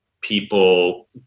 people